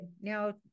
Now